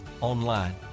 online